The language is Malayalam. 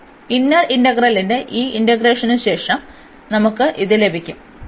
അതിനാൽ ഇന്നർ ഇന്റഗ്രലിന്റെ ഈ ഇന്റഗ്രേഷനുശേഷം നമുക്ക് ഇത് ലഭിക്കും